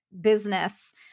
business